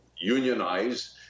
unionized